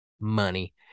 Money